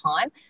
time